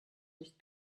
nicht